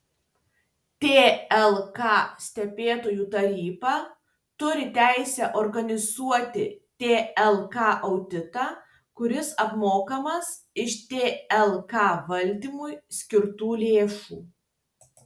tlk stebėtojų taryba turi teisę organizuoti tlk auditą kuris apmokamas iš tlk valdymui skirtų lėšų